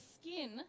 skin